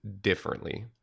differently